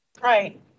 Right